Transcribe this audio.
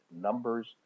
numbers